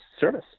service